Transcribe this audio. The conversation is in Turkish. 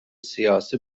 siyasi